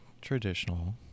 traditional